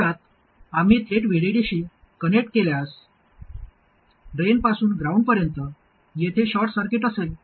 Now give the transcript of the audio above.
मुळात आम्ही थेट VDD शी कनेक्ट केल्यास ड्रेनपासून ग्राउंडपर्यंत येथे शॉर्ट सर्किट असेल